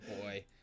boy